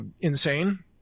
insane